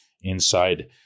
inside